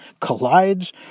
collides